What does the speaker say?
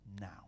now